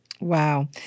Wow